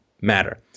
matter